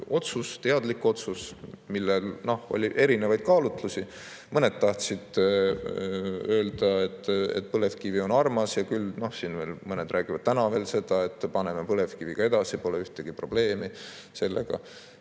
otsus, teadlik otsus, mille puhul oli erinevaid kaalutlusi. Mõned tahtsid öelda, et põlevkivi on armas. Siin mõned räägivad täna veel seda, et paneme põlevkiviga edasi, pole ühtegi probleemi sellega.